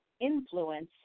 influence